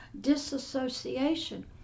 disassociation